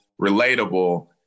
relatable